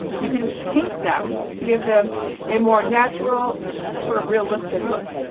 you can paint them to give them a more natural sort of realistic look.